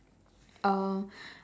um